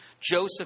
Joseph